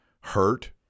hurt